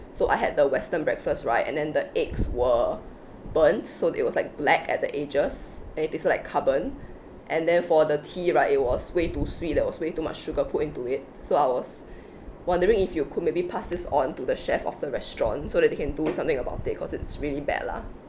so I had the western breakfast right and then the eggs were burned so it was like black at the edges and it did served like carbon and then for the tea right it was way too sweet that was way too much sugar put into it so I was wondering if you could maybe pass this on to the chef of the restaurant so that they can do something about it cause it's really bad lah